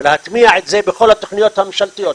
ולהטמיע את זה בכל התכניות הממשלתיות.